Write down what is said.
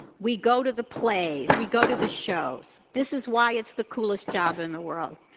we go to the plays, we go to the shows, this is why it's the coolest job in the world.